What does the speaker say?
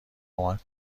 کمک